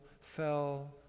fell